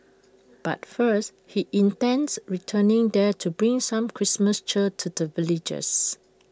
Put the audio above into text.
but first he intends returning there to bring some Christmas cheer to the villagers